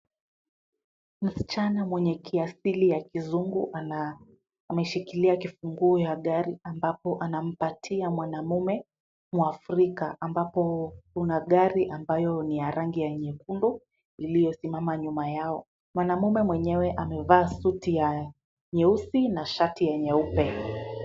Msichana mwenye kiasili ya kizungu ameshikilia kifunguu ya gari ambapo anampatia mwanamume mwafrika ambapo kuna gari ambayo ni ya rangi ya nyekundu iliyosimama nyuma yao. Mwanamume mwenyewe amevaa suti ya nyeusi na shati ya nyeupe.